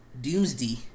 Doomsday